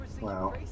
wow